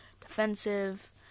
defensive